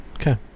Okay